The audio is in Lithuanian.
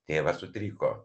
tėvas sutriko